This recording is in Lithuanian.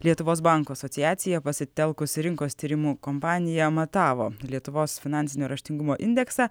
lietuvos bankų asociacija pasitelkusi rinkos tyrimų kompaniją matavo lietuvos finansinio raštingumo indeksą